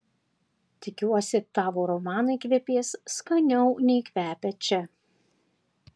tikiuosi tavo romanai kvepės skaniau nei kvepia čia